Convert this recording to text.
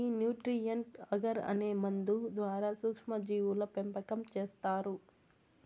ఈ nutrient agar అనే మందు ద్వారా సూక్ష్మ జీవుల పెంపకం చేస్తారు